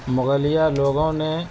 مغلیہ لوگوں نے